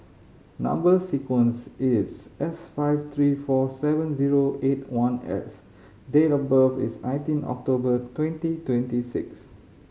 number sequence is S five three four seven zero eight one S date of birth is nineteen October twenty twenty six